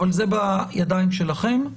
אבל זה בידיים שלכם.